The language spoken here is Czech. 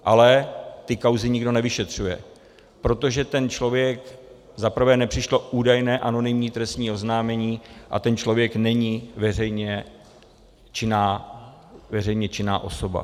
Ale ty kauzy nikdo nevyšetřuje, protože ten člověk za prvé nepřišlo údajné anonymní trestní oznámení a ten člověk není veřejně činná osoba.